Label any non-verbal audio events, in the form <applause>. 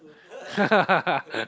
<laughs>